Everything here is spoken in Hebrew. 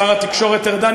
שר התקשורת ארדן,